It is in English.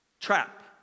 Trap